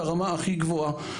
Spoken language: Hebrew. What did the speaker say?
את הרמה הכי גבוהה,